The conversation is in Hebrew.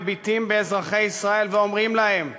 מביטים באזרחי ישראל ואומרים להם תודה,